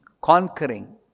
conquering